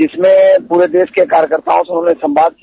जिसमें पूरे देश के कार्यकर्ताओं से उन्होंने संवाद किया